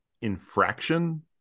infraction